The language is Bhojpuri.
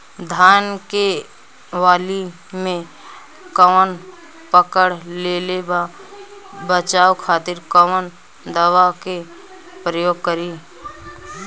धान के वाली में कवक पकड़ लेले बा बचाव खातिर कोवन दावा के प्रयोग करी?